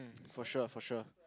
for sure for sure